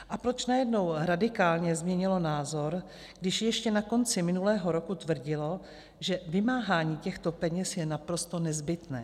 A proč najednou radikálně změnilo názor, když ještě na konci minulého roku tvrdilo, že vymáhání těchto peněz je naprosto nezbytné?